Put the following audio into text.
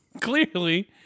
clearly